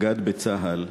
מג"ד בצה"ל,